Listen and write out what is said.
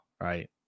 right